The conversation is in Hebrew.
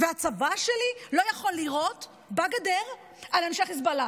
הצבא שלי לא יכול לירות בגדר על אנשי חיזבאללה,